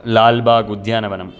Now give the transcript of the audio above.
लाल्बाग् उद्यानवनम्